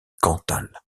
cantal